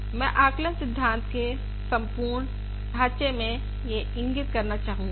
मैं आकलन सिद्धांत के संपूर्ण ढांचे में यह इंगित करना चाहूंगा